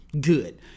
good